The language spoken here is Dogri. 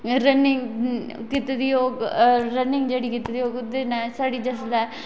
रन्निंग कीती दी होग रन्निंग जेहड़ी कीती दी होग ओहदे कन्नै साढ़ी जेहड़ी